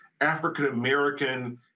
African-American